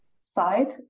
side